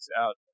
out